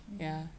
mmhmm